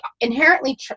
inherently